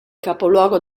capoluogo